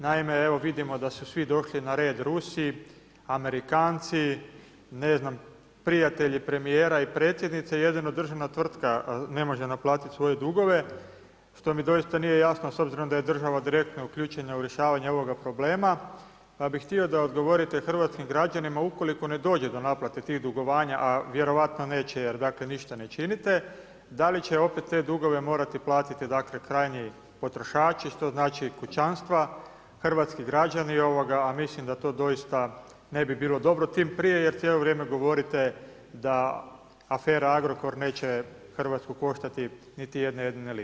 Naime, evo vidimo da su svi došli na red, Rusi, Amerikanci, ne znam, prijatelji premijera i predsjednice, jedino državna tvrtka ne može naplatiti svoje dugove što mi doista nije jasno s obzirom da je država direktno uključena u rješavanje ovoga problema, pa bih htio da odgovorite hrvatskim građanima ukoliko ne dođe do naplate tih dugovanja, a vjerojatno neće jer dakle, ništa ne činite, da li će opet te dugove morati platiti krajnji potrošači, što znači kućanstva hrvatskih građana, a mislim da to doista ne bi bilo dobro tim prije jer cijelo vrijeme govorite da afera Agrokor neće Hrvatsku koštati niti jedne-jedine lipe.